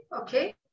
Okay